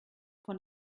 von